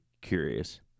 curious